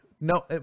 no